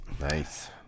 nice